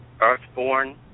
Earthborn